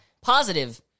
Positive